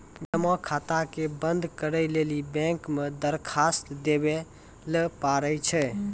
जमा खाता के बंद करै लेली बैंक मे दरखास्त देवै लय परै छै